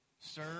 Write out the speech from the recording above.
Sir